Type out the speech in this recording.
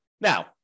Now